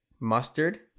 mustard